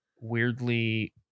weirdly